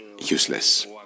useless